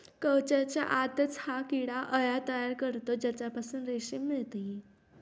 कवचाच्या आतच हा किडा अळ्या तयार करतो ज्यापासून रेशीम मिळते